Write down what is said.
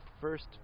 first